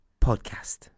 Podcast